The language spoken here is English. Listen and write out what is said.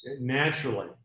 naturally